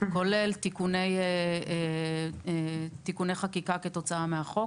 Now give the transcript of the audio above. כולל תיקוני חקיקה כתוצאה מהחוק.